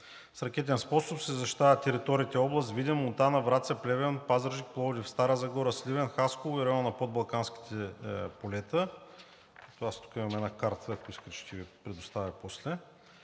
С ракетен способ се защитават територии в областите Видин, Монтана, Враца, Плевен, Пазарджик, Пловдив, Стара Загора, Сливен, Хасково и района на Подбалканските полета. Имам карта, ако искате, ще Ви я предоставя после.